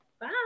Bye